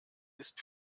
ist